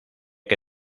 que